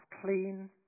clean